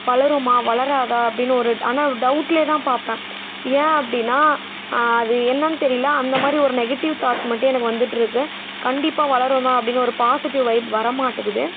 வளருமா வளராதா அப்படின்னு ஒரு ஆனால் டௌட்ல தான் பார்ப்பேன் ஏன் அப்படின்னா அது என்னன்னு தெரியல அந்த மாதிரி ஒரு நெகட்டிவ் தாட் மட்டும் எனக்கு வந்துட்டுருக்கு கண்டிப்பாக வளரும்தான் அப்படின்னு ஒரு பாசிட்டிவ் வைப் வரமாட்டுக்குது